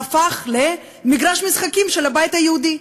הפך למגרש משחקים של הבית היהודי?